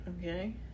Okay